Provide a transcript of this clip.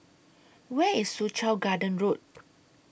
Where IS Soo Chow Garden Road